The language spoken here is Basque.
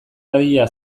dadila